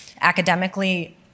academically